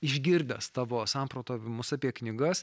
išgirdęs tavo samprotavimus apie knygas